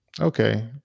Okay